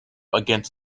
against